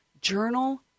journal